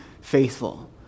faithful